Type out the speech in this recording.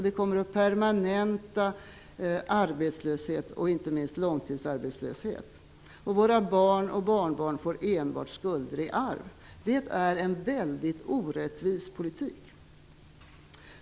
Det kommer att permanenta arbetslösheten och inte minst långtidsarbetslösheten. Våra barn och barnbarn får enbart skulder i arv. Det är en väldigt orättvis politik.